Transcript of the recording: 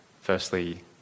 Firstly